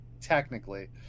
technically